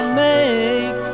make